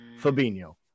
Fabinho